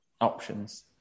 options